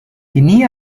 ini